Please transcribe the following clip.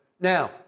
Now